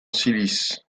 silice